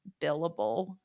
billable